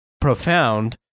profound